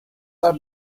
are